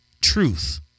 truth